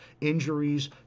injuries